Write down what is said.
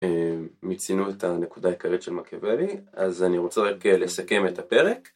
מיצינו את הנקודה העיקרית של מקיאבלי, אז אני רוצה רק לסכם את הפרק.